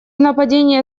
нападения